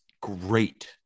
great